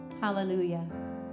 Hallelujah